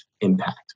impact